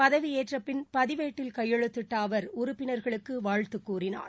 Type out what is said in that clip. பதவியேற்றப்பின் பதிவேட்டில் கையெழுத்திட்ட அவர் உறுப்பினர்களுக்கு வாழ்த்து கூறினார்